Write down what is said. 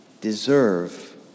deserve